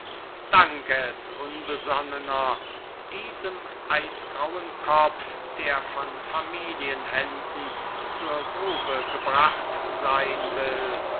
dank es unbesonnener diesem eisgrauen kopf der von familienhänden zur grube gebracht sein will